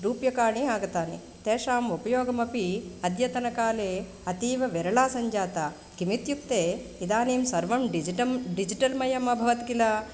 रूप्यकाणि आगतानि तेषाम् उपयोगः अपि अद्यतनकाले अतीवविरळः सञ्जातः किमित्युक्ते इदानीं सर्वं डिजिटं डिजिटल्मयम् अभवत् किल